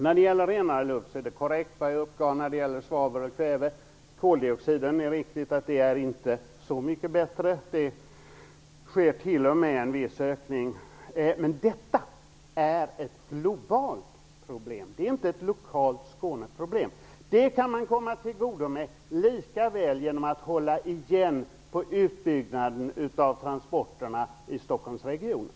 När det gäller renare luft är det jag uppgav om svavel och kväve korrekt. Det är riktigt att det inte är så mycket bättre med koldioxiden, utan det sker t.o.m. en viss ökning. Men detta är ett globalt problem; det är inte ett lokalt Skåneproblem. Det kan man komma till rätta med lika väl genom att hålla igen på utbyggnaden av transporterna i Stockholmsregionen.